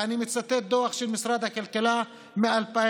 ואני מצטט דוח של משרד הכלכלה מ-2017,